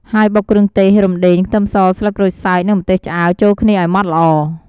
ហើយបុកគ្រឿងទេស រំដេង ខ្ទឹមស ស្លឹកក្រូចសើច និងម្ទេសឆ្អើរ ចូលគ្នាឱ្យម៉ដ្ឋល្អ។